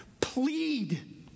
plead